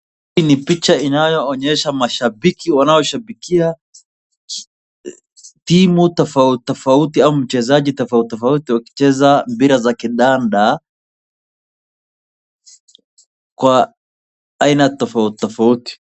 Hii ni picha inayoonyesha mashabiki wanaoshabikia timu tofautitofauti au mchezaji tofautitofauti wakicheza mpira za kidanda kwa aina tofautitofauti.